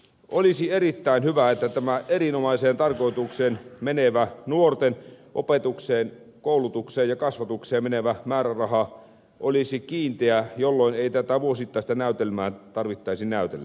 olisi erittäin hyvä että tämä erinomaiseen tarkoitukseen nuorten opetukseen koulutukseen ja kasvatukseen menevä määräraha olisi kiinteä jolloin ei tätä vuosittaista näytelmää tarvitsisi näytellä